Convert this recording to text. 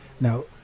Now